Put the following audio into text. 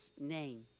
name